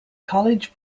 college